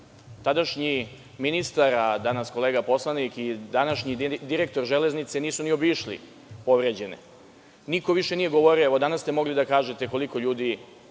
Tadašnji ministar, a danas kolega poslanik, i današnji direktor Železnice nisu ni obišli povređene. Niko više nije govorio. Danas ste mogli da kažete koliko je ljudi